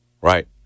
Right